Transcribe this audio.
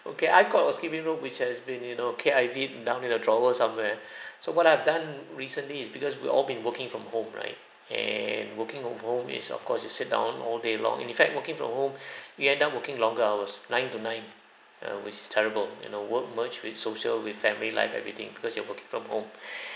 okay I've got a skipping rope which has been you know K_I_V down in a drawer somewhere so what I've done recently is because we all been working from home right and working from home is of course you sit down all day long and in fact working from home we end up working longer hours nine to nine err which is terrible you know work merged with social with family life everything because you are working from home